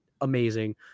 amazing